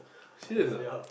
serious ah